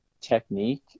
technique